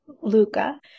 Luca